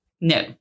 no